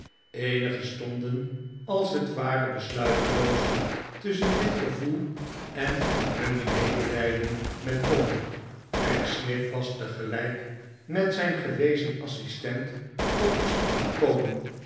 eenigen stonden als het ware besluiteloos tusschen dit gevoel en hun medelijden met tom pecksniff was tegelijk met zijn gewezen assistent op de stoep gekomen